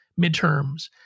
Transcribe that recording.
midterms